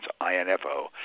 I-N-F-O